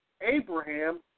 Abraham